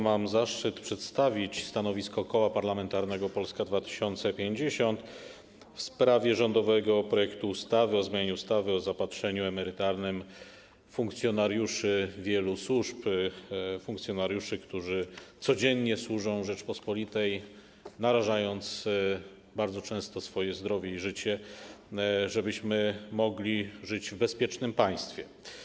Mam zaszczyt przedstawić stanowisko Koła Parlamentarnego Polska 2050 w sprawie rządowego projektu ustawy o zmianie ustawy o zaopatrzeniu emerytalnym funkcjonariuszy wielu służb, funkcjonariuszy, którzy codziennie służą Rzeczypospolitej, narażając bardzo często swoje zdrowie i życie, żebyśmy mogli żyć w bezpiecznym państwie.